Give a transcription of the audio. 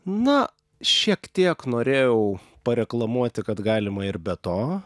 na šiek tiek norėjau pareklamuoti kad galima ir be to